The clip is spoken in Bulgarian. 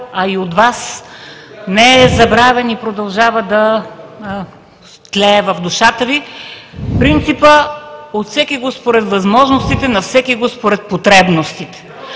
а и от Вас, не е забравен и продължава да тлее в душата Ви принципът: от всекиго според възможностите, на всекиго според потребностите,